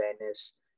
awareness